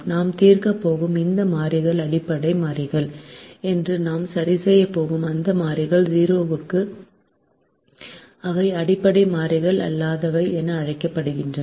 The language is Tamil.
நாம் தீர்க்கப் போகும் அந்த மாறிகள் அடிப்படை மாறிகள் என்றும் நாம் சரிசெய்யப் போகும் அந்த மாறிகள் 0 க்கு அவை அடிப்படை மாறிகள் அல்லாதவை என அழைக்கப்படுகின்றன